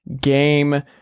game